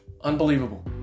Unbelievable